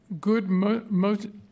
good